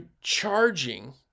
charging